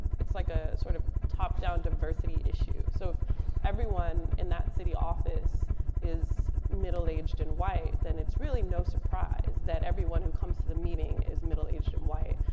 it's like a sort of top down diversity issue. so if everyone in that city office is middle aged and white, then it's really no surprise that everyone who comes to the meeting is middle aged and white.